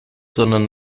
sondern